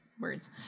words